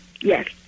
Yes